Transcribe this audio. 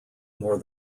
more